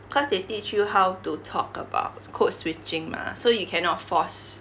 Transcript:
cause they teach you how to talk about code switching mah so you cannot force